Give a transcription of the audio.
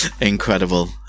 Incredible